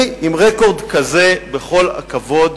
אני, עם רקורד כזה, בכל הכבוד,